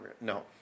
No